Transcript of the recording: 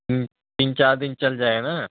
تین چار دن چل جائے گا نا